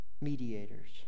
mediators